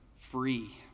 free